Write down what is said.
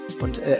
und